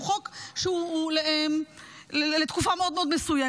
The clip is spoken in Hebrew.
שהוא חוק שהוא לתקופה מאוד מאוד מסוימת.